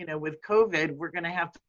and with covid, we're gonna have